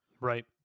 right